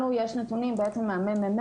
לנו יש נתונים ממחלקת המחקר והמידע,